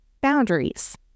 boundaries